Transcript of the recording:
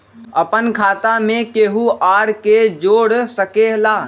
अपन खाता मे केहु आर के जोड़ सके ला?